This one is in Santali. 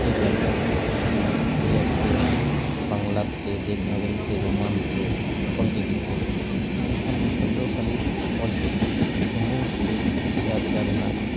ᱛᱮ ᱪᱟᱨᱪᱟᱜ ᱠᱟᱱ ᱛᱟᱦᱮᱸᱜ ᱡᱮᱢᱚᱱ ᱩᱲᱤᱭᱟ ᱛᱮ ᱵᱟᱝᱞᱟᱛᱮ ᱫᱮᱵᱽᱱᱟᱜᱚᱨᱤ ᱛᱮ ᱨᱳᱢᱟᱱ ᱛᱮ ᱚᱞ ᱪᱤᱠᱤᱛᱮ ᱢᱮᱱᱠᱷᱟᱱ ᱱᱤᱛᱚᱜ ᱫᱚ ᱠᱷᱟᱹᱞᱤ ᱚᱞ ᱪᱤᱠᱤ ᱥᱩᱢᱩᱝ ᱛᱮᱜᱮ ᱪᱟᱨᱪᱟᱣ ᱨᱮᱱᱟᱜ